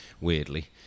weirdly